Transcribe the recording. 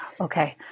Okay